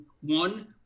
one